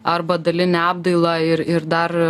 arba dalinę apdailą ir ir dar